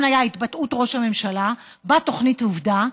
הייתה "התבטאות ראש הממשלה בתוכנית עובדה",